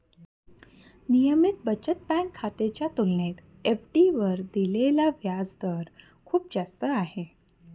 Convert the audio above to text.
नियमित बचत बँक खात्याच्या तुलनेत एफ.डी वर दिलेला व्याजदर खूप जास्त आहे